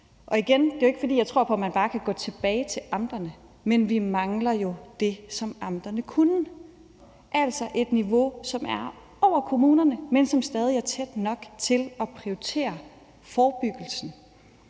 Og igen er det jo ikke, fordi jeg tror på, at man bare kan gå tilbage til amterne, men vi mangler jo det, som amterne kunne, altså et niveau, som er over kommunerne, men som stadig er tæt nok på til at prioritere forebyggelsen,